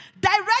direct